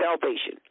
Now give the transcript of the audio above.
salvation